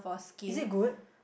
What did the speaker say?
is it good